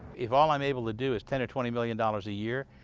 if all i am able to do is twenty twenty million dollars a year,